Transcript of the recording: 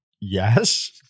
Yes